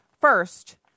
first